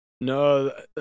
No